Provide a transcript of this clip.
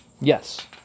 Yes